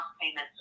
payments